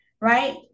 right